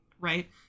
right